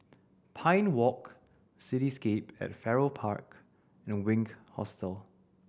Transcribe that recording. Pine Walk Cityscape at Farrer Park and Wink Hostel